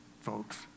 folks